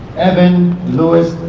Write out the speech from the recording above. evan louis